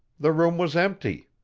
the room was empty!